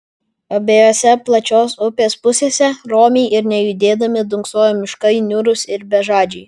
abiejose plačios upės pusėse romiai ir nejudėdami dunksojo miškai niūrūs ir bežadžiai